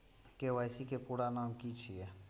KYC के पूरा नाम की छिय?